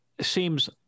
seems